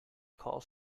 calls